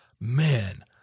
Man